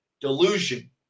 delusion